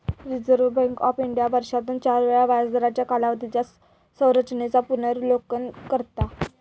reserve bank of India वर्षातून चार वेळा व्याजदरांच्या कालावधीच्या संरचेनेचा पुनर्विलोकन करता